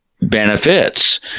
benefits